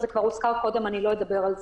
זה כבר הוזכר קודם, ולא אדבר על זה.